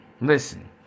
Listen